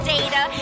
Data